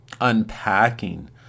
unpacking